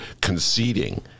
conceding